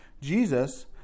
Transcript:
Jesus